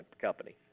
company